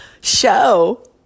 show